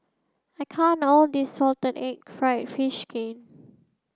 I can't all of this salted egg fried fish kin